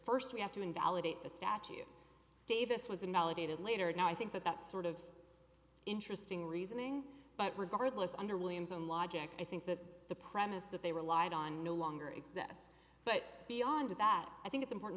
first we have to invalidate the statue davis was invalidated later and i think that that sort of interesting reasoning but regardless under williams own logic i think that the premise that they relied on no longer exists but beyond that i think it's important